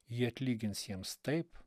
ji atlygins jiems taip